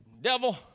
devil